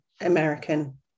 American